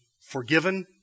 forgiven